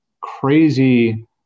crazy